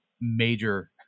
major